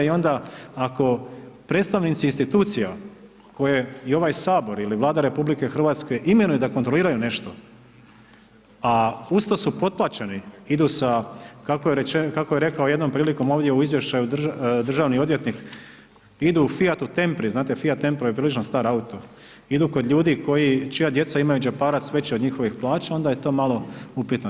I onda ako predstavnici institucija koje i ovaj Sabor ili Vlada RH imenuje da kontroliraju nešto a uz to su potplaćeni, idu sa, kako je rekao jednom prilikom ovdje u izvještaju državni odvjetnik, idu u Fiatu Tempri, znate Fiat Tempro je prilično star auto, idu kod ljudi čija djeca imaju džeparac veći od njihovih plaća, onda je to malo upitno.